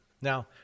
Now